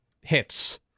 hits